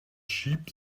sheep